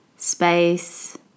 space